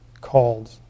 called